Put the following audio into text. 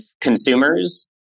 consumers